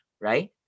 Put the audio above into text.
right